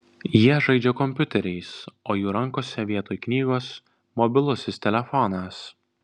jie žaidžia kompiuteriais o jų rankose vietoj knygos mobilusis telefonas